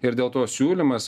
ir dėl to siūlymas